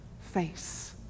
face